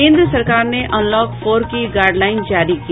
केंद्र सरकार ने अनलॉक फोर की गाईडलाइन जारी की